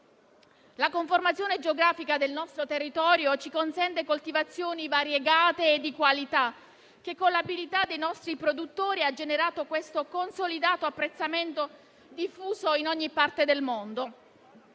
La conformazione geografica del nostro territorio ci consente coltivazioni variegate e di qualità che, con l'abilità dei nostri produttori, hanno generato questo consolidato apprezzamento, diffuso in ogni parte del mondo.